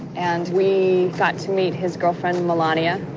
and we got to meet his girlfriend melania,